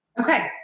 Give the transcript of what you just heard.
Okay